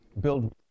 build